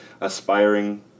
aspiring